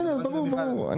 בסדר, ברור, ברור.